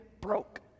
broke